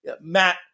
Matt